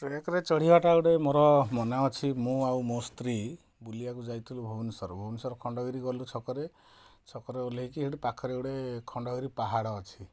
ଟ୍ରେକରେ ଚଢ଼ିବାଟା ଗୋଟେ ମୋର ମନେ ଅଛି ମୁଁ ଆଉ ମୋ ସ୍ତ୍ରୀ ବୁଲିବାକୁ ଯାଇଥିଲୁ ଭୁବନେଶ୍ୱର ଭୁବନେଶ୍ୱର ଖଣ୍ଡଗିରି ଗଲୁ ଛକରେ ଛକରେ ଓହ୍ଲାଇକି ସେଠି ପାଖରେ ଗୋଟେ ଖଣ୍ଡଗିରି ପାହାଡ଼ ଅଛି